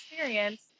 experience